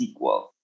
SQL